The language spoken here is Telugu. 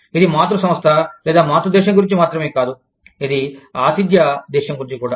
ఇది మాతృ సంస్థ లేదా మాతృ దేశం గురించి మాత్రమే కాదు ఇది ఆతిథ్య దేశం గురించి కూడా